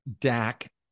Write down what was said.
Dak